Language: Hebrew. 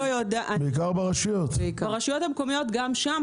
בעיקר ברשויות, כן.